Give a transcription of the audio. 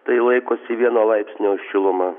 tai laikosi vieno laipsnio šiluma